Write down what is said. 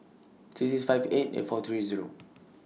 six six five eight eight four three Zero